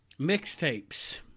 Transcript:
Mixtapes